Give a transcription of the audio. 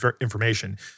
information